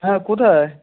হ্যাঁ কোথায়